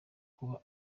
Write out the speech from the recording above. kuba